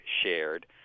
shared